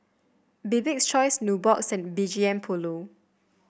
Bibik's Choice Nubox and B G M Polo